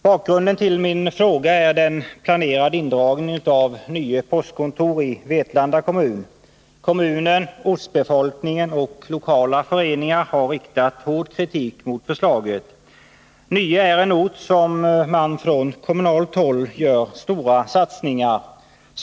Bakgrunden till min fråga är den planerade indragningen av Nye postkontor i Vetlanda kommun. Kommunen, ortsbefolkningen och lokala föreningar har riktat hård kritik mot förslaget. Nye är en ort som man från kommunalt håll gör stora satsningar på.